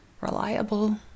reliable